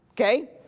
Okay